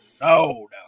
no